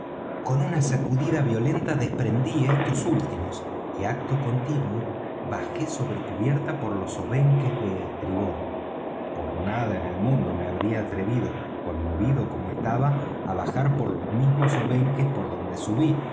con una sacudida violenta desprendí estos últimos y acto continuo bajé sobre cubierta por los obenques de estribor por nada en el mundo me habría atrevido conmovido como estaba á bajar por los mismos obenques por donde subí